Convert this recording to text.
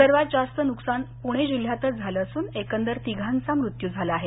सर्वात जास्त नुकसान पुणे जिल्ह्यातच झालं असून एकंदर तिघांचा मृत्यू झाला आहे